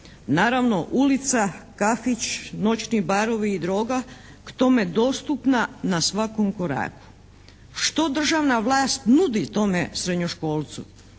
Naravno, ulica, kafić, noćni barovi i droga, k tome dostupna na svakom koraku. Što državna vlast nudi tome srednjoškolcu?